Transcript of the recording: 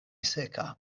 seka